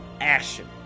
action